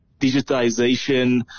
digitization